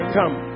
come